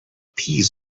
peas